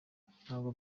ntabwo